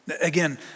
Again